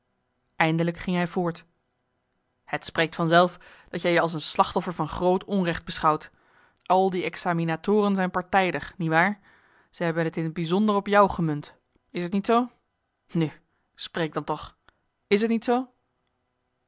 eindelijk ging hij voort het spreekt van zelf dat jij je als een slachtoffer van groot onrecht beschouwt al die examinatoren zijn partijdig niewaar ze hebben t in t bijzonder op jou gemunt is t niet zoo nu spreek dan toch is niet t zoo